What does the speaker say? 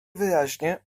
wyraźnie